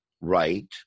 right